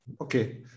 Okay